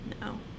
No